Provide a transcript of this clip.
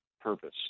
purpose